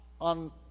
on